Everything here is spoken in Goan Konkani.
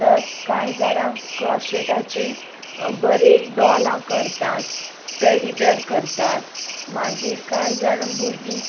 तर कांय जाणां क्रॉशेटाची बरें डॉलां करतात टॅडीबॅर करतात मागीर कांय जाणां भुरगीं